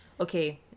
okay